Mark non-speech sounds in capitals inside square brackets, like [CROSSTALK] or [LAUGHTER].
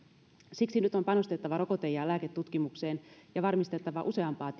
siksi nyt on panostettava rokote ja ja lääketutkimukseen ja varmistettava useampaa [UNINTELLIGIBLE]